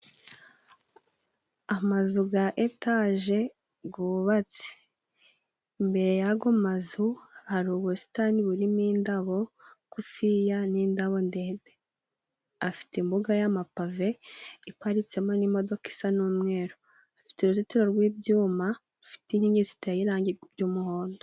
Amazu ya etaje yubatse imbere y'ayo mazu hari ubusitani burimo indabo ngufiya n'indabo ndende, afite imbuga y'amapave iparitsemo n'imodoka isa n'umweru, afite uruzitiro rw'ibyuma rufite inkingi ziteye irangi ry'umuhondo.